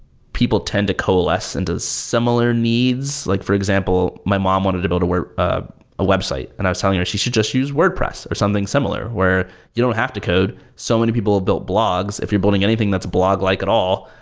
people tend to coalesce into similar needs. like for example, my mom wanted to build ah a website and i was telling her she should just use wordpress or something similar, where you don't have to code. so many people who build blogs, if you're building anything that's a blog-like at all,